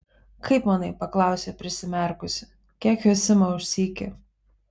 kaip manai paklausė prisimerkusi kiek jos ima už sykį